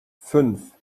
fünf